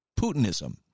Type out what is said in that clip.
Putinism